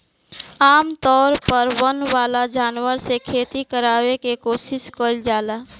आमतौर पर वन वाला जानवर से खेती करावे के कोशिस कईल जाला